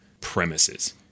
premises